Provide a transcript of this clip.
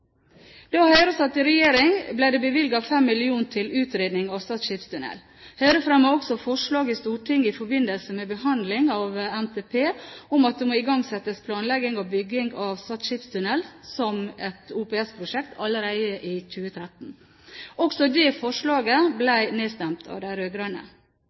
Da Høyre satt i regjering, ble det bevilget 5 mill. kr til utredning av Stad skipstunnel. Høyre fremmet også forslag i Stortinget i forbindelse med behandling av NTP om at det må igangsettes planlegging og bygging av Stad skipstunnel som et OPS-prosjekt allerede i 2013. Også det forslaget